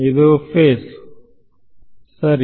ಇದು ಫೇಸ್ ವಿದ್ಯಾರ್ಥಿ ಸರಿ